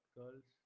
girls